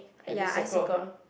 have you circled her